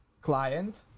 client